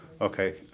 Okay